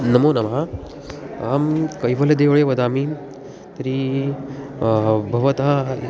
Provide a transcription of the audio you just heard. नमो नमः अहं कैवल्यदेवळे वदामि तर्हि भवतः